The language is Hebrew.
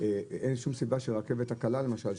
אין שום סיבה שברכבת הקלה למשל,